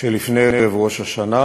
שלפני ערב ראש השנה,